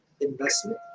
investment